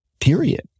period